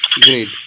Great